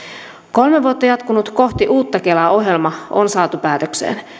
kolme vuotta jatkunut kohti uutta kelaa ohjelma on saatu päätökseen